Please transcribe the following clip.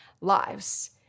lives